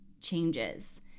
changes